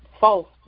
false